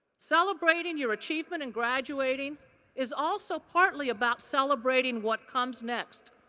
celebrating your achievement in graduating is also partly about celebrating what comes next.